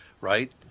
right